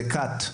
זה כת,